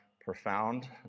profound